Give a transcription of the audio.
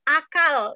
akal